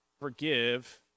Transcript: forgive